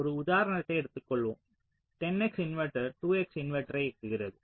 ஒரு உதாரணத்தை எடுத்துக் கொள்வோம் 10 X இன்வெர்ட்டர் 2 X இன்வெர்ட்டரை இயக்குகிறது